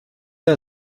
air